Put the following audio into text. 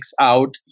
out